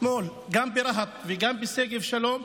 אתמול גם ברהט וגם בשגב שלום,